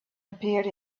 appeared